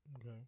Okay